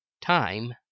time